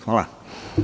Hvala.